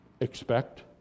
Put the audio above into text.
Expect